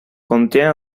contiene